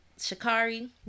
shikari